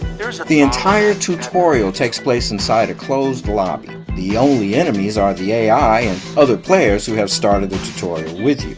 here! the entire tutorial takes place inside a closed lobby. the only enemies are the ai and other players who have started the tutorial with you.